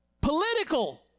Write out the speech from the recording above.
political